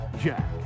Jack